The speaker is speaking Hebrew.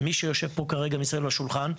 מי שיושב פה כרגע מסביב לשולחן,